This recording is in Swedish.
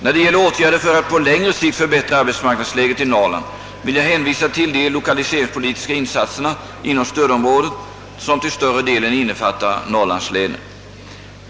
När det gäller åtgärder för att på längre sikt förbättra arbetsmarknadsläget i Norrland vill jag hänvisa till de lokaliseringspolitiska insatserna inom stödområdet, som till större delen innefattar norrlandslänen.